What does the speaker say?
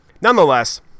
nonetheless